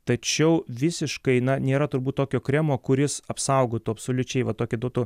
tačiau visiškai na nėra turbūt tokio kremo kuris apsaugotų absoliučiai va tokį duotų